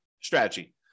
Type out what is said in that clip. strategy